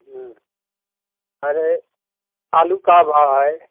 अरे आलू का भाव है